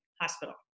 hospital